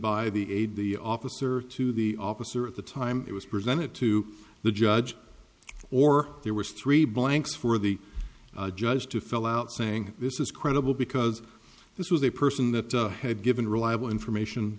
by the aid the officer to the officer at the time it was presented to the judge or there were three blanks for the judge to fill out saying this is credible because this was a person that had given reliable information